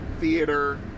Theater